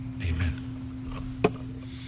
Amen